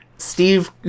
Steve